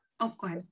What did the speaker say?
okay